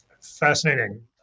Fascinating